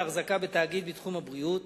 על אפשרות ההחזקה בתאגיד בתחום הבריאות